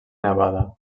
nevada